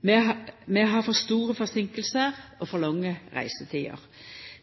Vi har for store forseinkingar og for lange reisetider.